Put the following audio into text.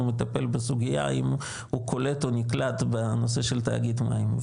מטפל בסוגיה האם הוא קולט או נקלט בנושא של תאגיד מים.